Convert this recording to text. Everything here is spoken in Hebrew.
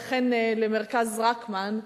וכן למרכז רקמן,